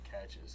catches